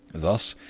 thus,